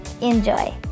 Enjoy